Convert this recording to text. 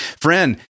Friend